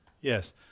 Yes